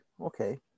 okay